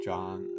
John